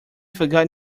forgotten